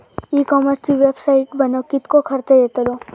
E कॉमर्सची website बनवक किततो खर्च येतलो?